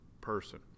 person